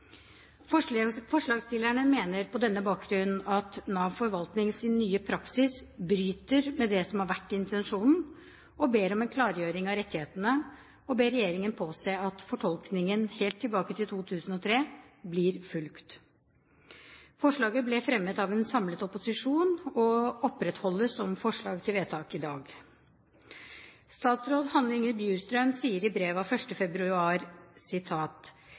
endring. Forslagsstillerne mener på denne bakgrunn at Nav Forvaltnings nye praksis bryter med det som har vært intensjonen. De ber om en klargjøring av rettighetene og ber regjeringen påse at fortolkningen helt tilbake til 2003 blir fulgt. Forslaget ble fremmet av en samlet opposisjon og opprettholdes som forslag til vedtak i dag. Statsråd Hanne Inger Bjurstrøm sier i brev av 1. februar: